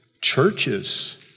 churches